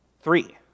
Three